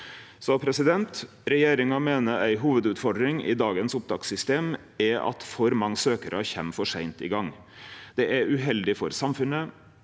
rettferdig. Regjeringa meiner ei hovudutfordring i dagens opptakssystem er at for mange søkjarar kjem for seint i gang. Det er uheldig for samfunnet